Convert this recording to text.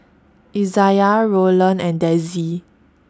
Izaiah Rolland and Dezzie